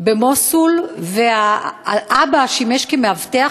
במוסול והאבא שימש כמאבטח.